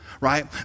right